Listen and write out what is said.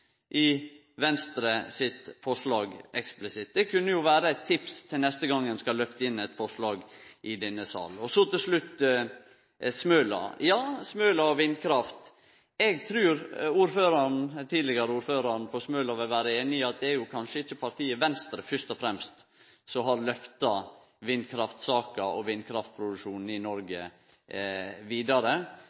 i Venstre sitt forslag eksplisitt. Det kunne jo vere eit tips til neste gong ein skal løfte inn eit forslag i denne sal. Så til slutt Smøla – Smøla og vindkraft. Eg trur den tidlegare ordføraren på Smøla vil vere einig i at det kanskje ikkje er partiet Venstre fyrst og fremst som har løfta vindkraftsaka og vindkraftproduksjonen i Noreg vidare.